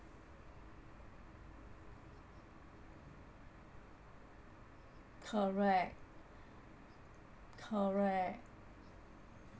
correct correct